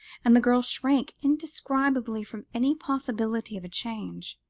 and the girl shrank indescribably from any possibility of a change.